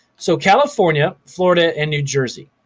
so california, florida, and new jersey,